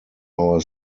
our